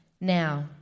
now